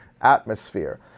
atmosphere